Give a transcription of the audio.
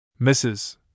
Mrs